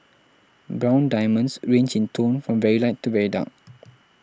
brown diamonds range in tone from very light to very dark